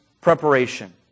preparation